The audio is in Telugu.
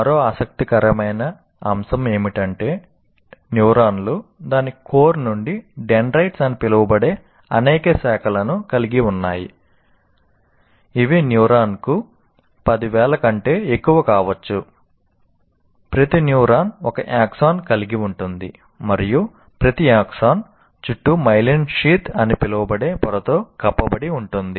మరో ఆసక్తికరమైన అంశం ఏమిటంటే న్యూరాన్లు అని పిలువబడే పొరతో కప్పబడి ఉంటుంది